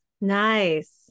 Nice